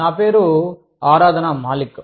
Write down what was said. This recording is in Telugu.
నా పేరు ఆరాధన మాలిక్